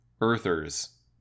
Earthers